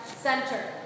center